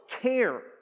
care